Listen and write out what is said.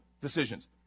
decisions